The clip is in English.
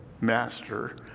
Master